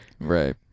Right